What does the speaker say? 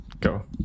Go